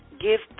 give